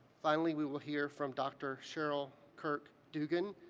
finally, we will hear from dr. cheryl kirk-duggan,